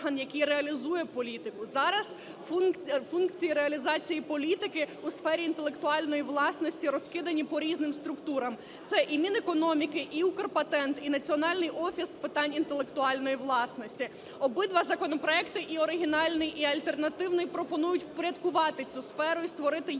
Зараз функції реалізації політики у сфері інтелектуальної власності розкидані по різним структурам. Це і Мінекономіки, і Укрпатент, і Національний офіс з питань інтелектуальної власності. Обидва законопроекти, і оригінальний, і альтернативний, пропонують впорядкувати цю сферу і створити єдиний